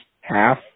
half